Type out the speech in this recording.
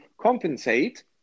compensate